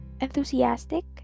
enthusiastic